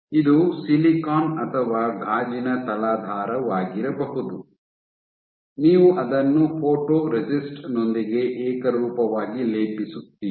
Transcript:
ಇದು ಸಿಲಿಕಾನ್ ಅಥವಾ ಗಾಜಿನ ತಲಾಧಾರವಾಗಿರಬಹುದು ನೀವು ಅದನ್ನು ಫೋಟೊರೆಸಿಸ್ಟ್ ನೊಂದಿಗೆ ಏಕರೂಪವಾಗಿ ಲೇಪಿಸುತ್ತೀರಿ